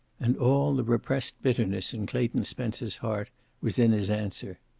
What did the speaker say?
and all the repressed bitterness in clayton spencer's heart was in his answer.